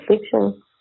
fiction